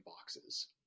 boxes